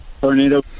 tornado